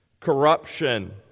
corruption